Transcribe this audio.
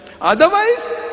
Otherwise